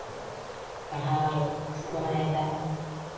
ᱯᱟᱲᱦᱟᱣ ᱥᱮᱬᱟᱭᱮᱫᱟ